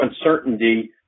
uncertainty